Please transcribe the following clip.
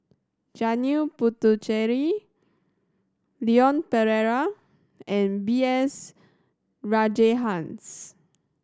Janil Puthucheary Leon Perera and B S Rajhans